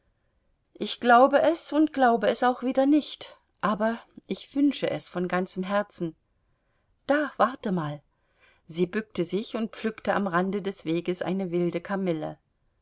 ich glaube es und glaube es auch wieder nicht aber ich wünsche es von ganzem herzen da warte mal sie bückte sich und pflückte am rande des weges eine wilde kamille